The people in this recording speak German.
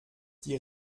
die